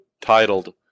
titled